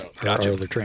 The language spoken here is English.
Gotcha